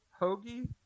Hoagie